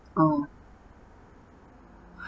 oh